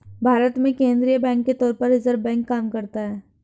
भारत में केंद्रीय बैंक के तौर पर रिज़र्व बैंक काम करता है